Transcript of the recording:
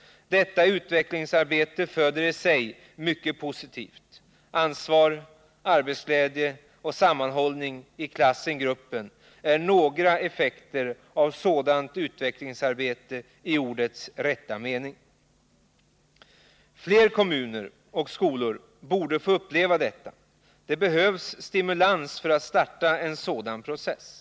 Detta utvecklingsarbete föder i sig mycket positivt. Ansvar, arbetsglädje och sammanhållning i klassen/gruppen är några effekter av sådant utvecklingsarbete i ordets rätta mening. Fler kommuner och skolor borde få uppleva detta. Men det behövs stimulans för att starta en sådan process.